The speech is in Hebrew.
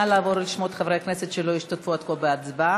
נא לעבור על שמות חברי הכנסת שלא השתתפו עד כה בהצבעה.